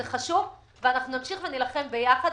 זה חשוב ואנחנו נמשיך ונילחם ביחד.